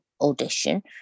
audition